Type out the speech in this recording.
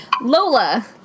Lola